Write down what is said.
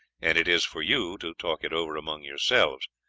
and it is for you to talk it over among yourselves,